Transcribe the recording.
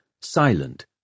silent